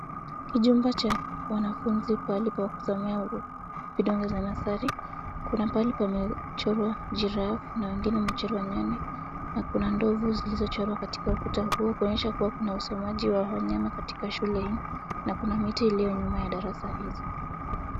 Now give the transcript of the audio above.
Kijumba cha wanafunzi pahali pa kusomea vidonge za nursery . Kuna pahali pamechorwa girrafe na wengine wamechorwa nyani na kuna ndovu zilizochorwa katika ukuta huo kuonyesha kuwa kuna usomaji wa wanyama katika shule hii na kuna miti iliyonyuma ya darasa hizo.